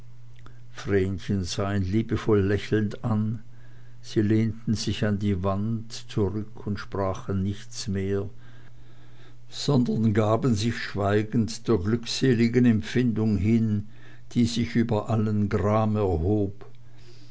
sah ihn liebevoll lächelnd an sie lehnten sich an die wand zurück und sprachen nichts mehr sondern gaben sich schweigend der glückseligen empfindung hin die sich über allen gram erhob